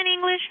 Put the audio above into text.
English